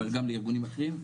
אבל גם לארגונים אחרים,